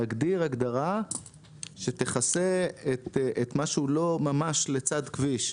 להגדיר הגדרה שתכסה את מה שהוא לא ממש לצד כביש.